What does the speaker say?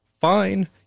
fine